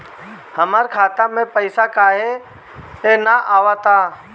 हमरा खाता में पइसा काहे ना आव ता?